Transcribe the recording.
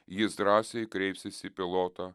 jis drąsiai kreipsis į pilotą